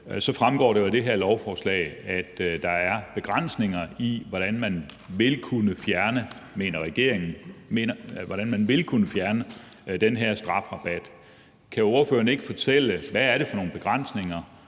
fremgår det jo af det her lovforslag, at der er begrænsninger i, hvordan man vil kunne fjerne – mener regeringen – den her strafrabat. Kan ordføreren ikke fortælle, hvad det er for nogle begrænsninger,